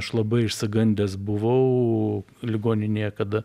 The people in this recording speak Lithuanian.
aš labai išsigandęs buvau ligoninėje kada